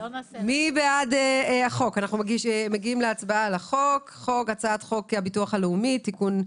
אנחנו מגיעים להצבעה על הצעת חוק הביטוח הלאומי (תיקון מס'